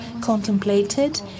contemplated